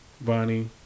bonnie